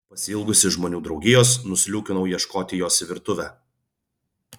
pasiilgusi žmonių draugijos nusliūkinau ieškoti jos į virtuvę